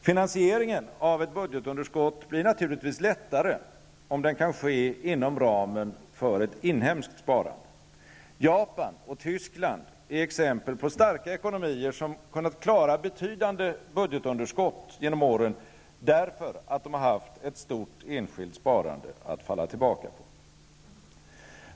Finansieringen av ett budgetunderskott blir naturligtvis lättare om den kan ske inom ramen för ett inhemskt sparande. Japan och Tyskland är exempel på starka ekonomier som kunnat klara betydande budgetunderskott genom åren därför att de har haft ett stort enskilt sparande att falla tillbaka på.